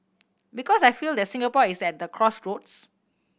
because I feel that Singapore is at the crossroads